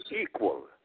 equal